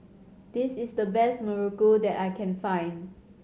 this is the best muruku that I can find